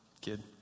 kid